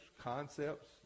concepts